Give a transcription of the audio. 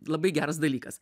labai geras dalykas